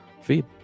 feed